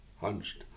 hunched